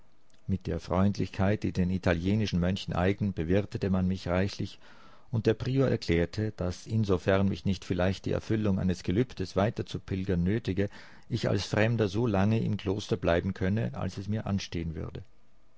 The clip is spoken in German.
mit der freundlichkeit die den italienischen mönchen eigen bewirtete man mich reichlich und der prior erklärte daß insofern mich nicht vielleicht die erfüllung eines gelübdes weiterzupilgern nötige ich als fremder so lange im kloster bleiben könne als es mir anstehen würde